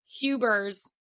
Huber's